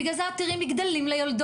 בגלל זה את תראי מגדלים ליולדות,